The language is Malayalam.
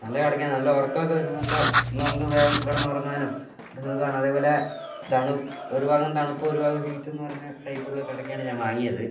നല്ല കിടക്കയാണ് നല്ല ഉറക്കമൊക്കെ വരും നല്ല നമുക്ക് വേഗം കിടന്നുറങ്ങാനും ഒക്കെ സുഖമാണ് അതേപോലെ ഒരു ഭാഗം തണുപ്പും ഒരു ഭാഗം ഹീറ്റെന്ന് പറഞ്ഞ ടൈപ്പുള്ള കിടക്കയാണ് ഞാൻ വാങ്ങിയത്